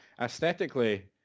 aesthetically